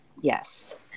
Yes